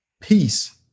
peace